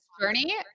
journey